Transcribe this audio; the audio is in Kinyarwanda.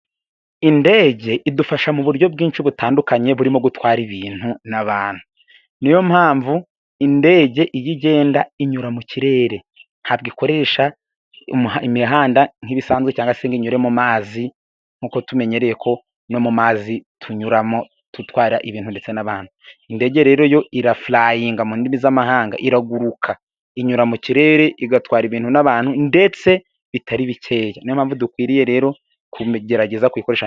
Indege idufasha mu buryo bwinshi butandukanye burimo gutwara ibintu na abantu, niyo mpamvu indege iyi igenda inyura mu kirere, ntabwo ikoresha imihanda nk'ibisanzwe cyangwa se inyure mu mazi, nkuko tumenyereye ko no mu mazi tunyuramo dutwara ibintu ndetse n'abantu, indege rero yo irafurayinga mu ndimi z'amahanga, iraguruka inyura mu kirere igatwara ibintu n'abantu ndetse bitari bikeya niyompamvu dukwiriye rero kgerageza kuyikoreshashwa...